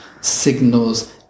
signals